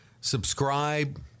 subscribe